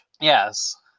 yes